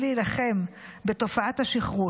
והיא להילחם בתופעת השכרות,